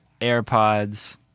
airpods